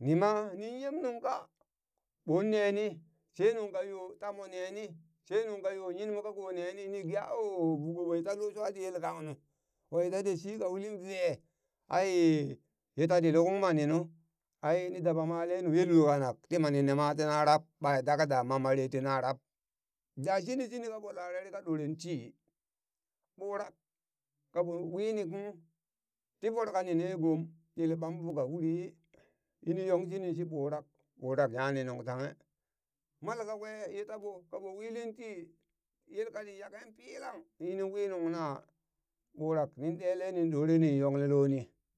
nima ni nyem nungkaɓon neni she nungka yo tamo neni she nungka yo nyinmo kako neni ni ge a ooh vuko ɓo talo shwa ti yelkang nu waye ta ti shika ulin vee ai ye ta ti lukung maninu ai ni daba male nu ye lulka nak ti mani nima tina rab ɓa yadda ka damman marye ti na rab, da shini shini kaɓo larare ka ɗoren ti ɓurak kaɓon wini kung tin voro kani ne gom yele ɓanvuka wuri yi, yini yong shini shi ɓurak, ɓurak nyani nuŋ tanghe mal kakwe ye taɓo kaɓo wilin ti, yel kani yake pilang yinin wi nung na ɓurak nin ɗele ni ɗoreni nin nyonle loni